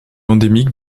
endémique